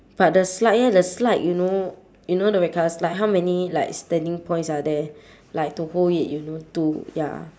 but the slide eh the slide you know you know the red colour slide how many like standing points are there like to hold it you know to ya